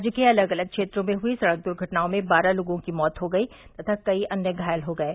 राज्य के अलग अलग क्षेत्रों में हई सड़क द्र्घटनाओं में बारह लोगों की मौत हो गई तथा कई अन्य घायल हो गये